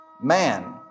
Man